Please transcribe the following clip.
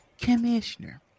commissioner